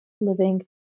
living